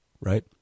right